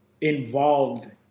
involved